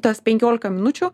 tas penkiolika minučių